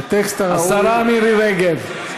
את הטקסט הראוי, השרה מירי רגב.